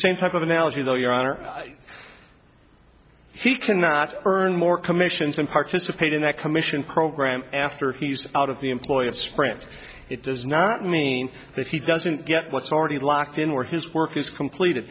same type of analogy though your honor he cannot earn more commissions and participate in that commission program after he's out of the employ of sprint it does not mean that he doesn't get what's already locked in or his work is completed